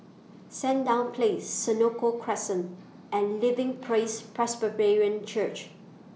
Sandown Place Senoko Crescent and Living Praise Presbyterian Church